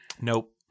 Nope